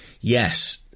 yes